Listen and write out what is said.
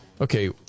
Okay